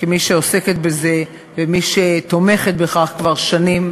כמי שעוסקת בזה וכמי שתומכת בכך כבר שנים,